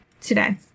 Today